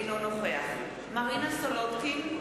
אינו נוכח מרינה סולודקין,